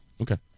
Okay